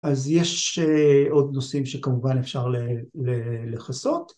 ‫אז יש עוד נושאים ‫שכמובן אפשר לכסות.